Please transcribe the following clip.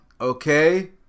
Okay